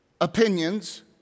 opinions